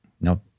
no